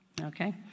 okay